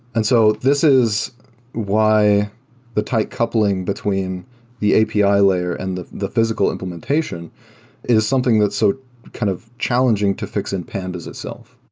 and so this is why the tight coupling between the api layer and the the physical implementation is something that's so kind of challenging to fix in pandas itself.